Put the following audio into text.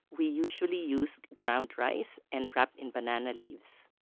we usually use ground rice and wrap in banana leaves.